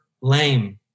lame